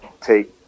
take